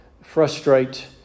frustrate